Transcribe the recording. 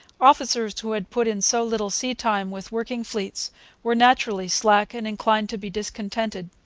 officers who had put in so little sea time with working fleets were naturally slack and inclined to be discontented.